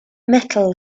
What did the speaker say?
metal